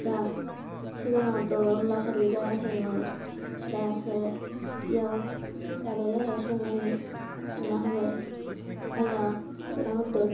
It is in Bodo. दा सिगाङावथ' अनला खारि जायाखैमोन दासो इयाव जाबाय आरो संनानै संनो हाबाय आइआ खिन्थाना होदों